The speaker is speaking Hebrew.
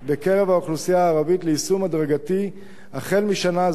בקרב האוכלוסייה הערבית ליישום הדרגתי החל משנה זו,